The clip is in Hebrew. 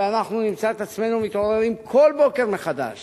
ואנחנו נמצא את עצמנו מתעוררים כל בוקר מחדש